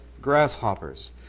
grasshoppers